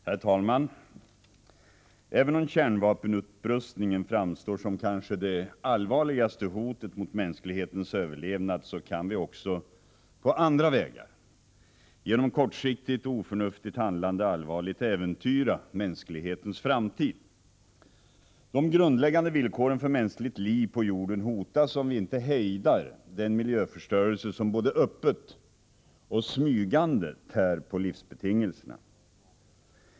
Herr talman! Även om kärnvapenupprustningen framstår som det allvarligaste hotet mot mänsklighetens överlevnad, kan vi också på andra vägar genom kortsiktigt och oförnuftigt handlande allvarligt äventyra mänsklighetens framtid. De grundläggande villkoren för mänskligt liv på jorden hotas, om vi inte hejdar den miljöförstörelse som både öppet och smygande tär på livsbetingelserna.